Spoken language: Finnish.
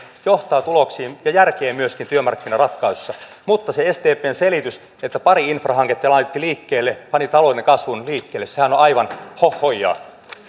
johtaa tuloksiin ja järkeä myöskin työmarkkinaratkaisuissa mutta se sdpn selitys että ne pari infrahanketta jotka te laitoitte liikkeelle panivat talouden kasvun liikkeelle sehän on aivan hohhoijaa